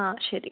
ആ ശരി